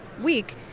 week